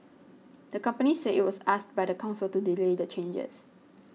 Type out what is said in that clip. the company said it was asked by the council to delay the changes